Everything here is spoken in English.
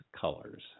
colors